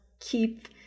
keep